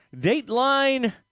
Dateline